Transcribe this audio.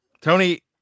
Tony